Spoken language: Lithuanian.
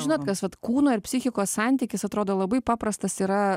žinot kas vat kūno ir psichikos santykis atrodo labai paprastas yra